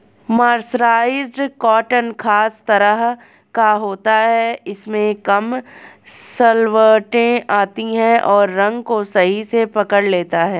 mercerised cotton खास तरह का होता है इसमें कम सलवटें आती हैं और रंग को सही से पकड़ लेता है